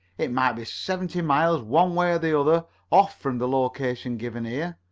it might be seventy miles one way or the other off from the location given here.